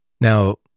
Now